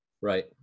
Right